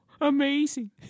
Amazing